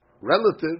relative